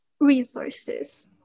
resources